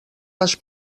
les